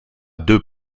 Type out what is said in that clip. deux